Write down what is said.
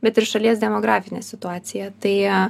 bet ir šalies demografinė situacija tai